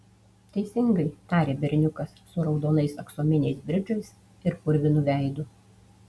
teisingai tarė berniukas su raudonais aksominiais bridžais ir purvinu veidu